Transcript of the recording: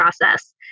process